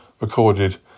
recorded